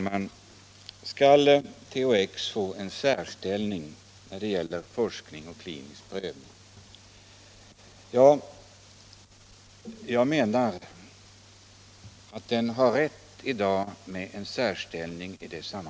Herr talman! Skall THX få en särställning när det gäller forskning och klinisk prövning? Ja, jag menar att THX har rätt till en särställning därvidlag.